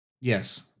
Yes